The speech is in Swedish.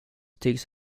tycks